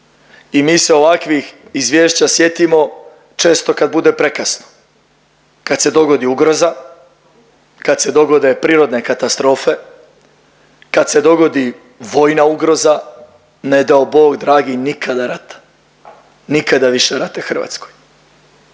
i mi se ovakvih izvješća sjetimo često kad bude prekasno, kad se dogodi ugroza, kad se dogode prirodne katastrofe, kad se dogodi vojna ugroza, ne dao Bog dragi nikada rata, nikada više rata Hrvatskoj,